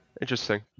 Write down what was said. Interesting